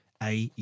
AU